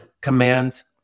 commands